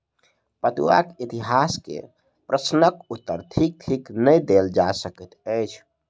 पटुआक इतिहास के प्रश्नक उत्तर ठीक ठीक नै देल जा सकैत अछि